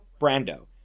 brando